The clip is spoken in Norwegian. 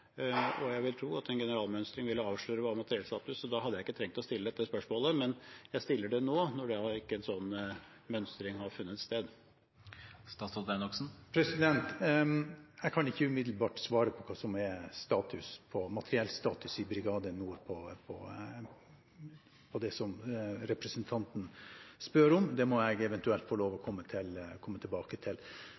Jeg vil tro at en generalmønstring ville avslørt hva materiellstatus er, og da hadde jeg ikke trengt å stille dette spørsmålet, men jeg stiller det nå, når ikke en sånn mønstring har funnet sted. Jeg kan ikke umiddelbart svare på hva som er materiellstatus i Brigade Nord, som representanten spør om. Det må jeg eventuelt få lov til å komme tilbake til.